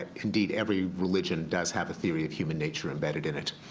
indeed, every religion does have a theory of human nature embedded in it.